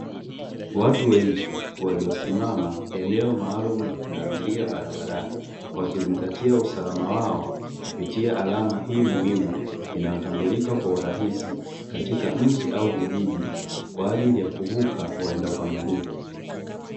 Watu wengi waliosimama eneo maalumu la pundamilia barabarani, wakizingatia usalama wao kupitia alama hii muhimu inayotambulika kwa urahisi, katika mji au vijiji kwa ajili ya kuvuka waenda kwa miguu.